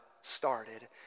started